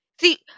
see